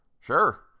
Sure